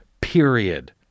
period